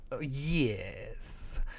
Yes